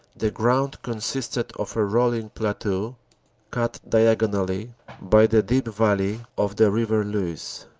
the ground consisted of a rolling plateau cut diagonally by the deep valley of the river luce.